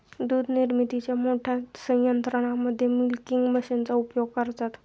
दूध निर्मितीच्या मोठ्या संयंत्रांमध्ये मिल्किंग मशीनचा उपयोग करतात